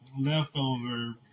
leftover